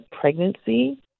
pregnancy